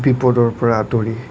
বিপদৰপৰা আঁতৰি